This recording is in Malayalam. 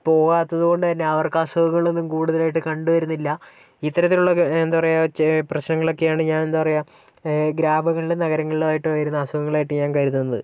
പോവാത്തത് കൊണ്ട് തന്നെ അവർക്ക് അസുഖങ്ങളൊന്നും കൂടുതലായിട്ട് കണ്ടുവരുന്നില്ല ഇത്തരത്തിലുള്ള എന്താ പറയുക പ്രശ്നങ്ങളൊക്കെയാണ് ഞാൻ എന്താ പറയുക ഗ്രാമങ്ങളിലും നഗരങ്ങളിലും ആയിട്ട് വരുന്ന അസുഖങ്ങൾ ആയിട്ട് ഞാൻ കരുതുന്നത്